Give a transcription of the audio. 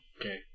Okay